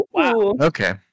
Okay